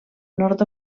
nord